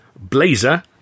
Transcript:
Blazer